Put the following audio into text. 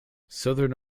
southern